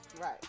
Right